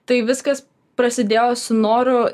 tai viskas prasidėjo su noru